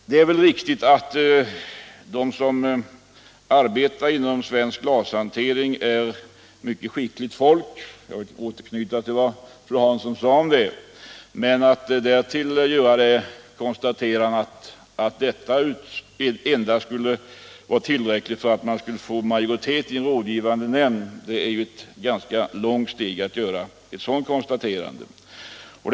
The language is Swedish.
Det är riktigt att de som arbetar inom svensk glashantering är mycket skickliga yrkesmän — för att återknyta till vad fru Hansson sade - men att därför påstå att detta skulle vara tillräckligt för att man skall få majoritet i en rådgivande nämnd, det måste vara en direkt missuppfattning.